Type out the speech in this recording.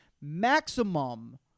maximum